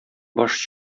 баш